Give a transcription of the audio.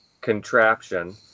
contraption